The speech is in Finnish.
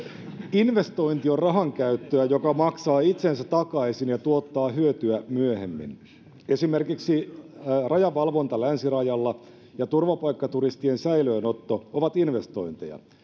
investointi on rahankäyttöä joka maksaa itsensä takaisin ja tuottaa hyötyä myöhemmin esimerkiksi rajavalvonta länsirajalla ja turvapaikkaturistien säilöönotto ovat investointeja